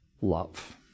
love